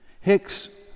Hicks